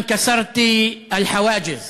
דהיישה,